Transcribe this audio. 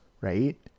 right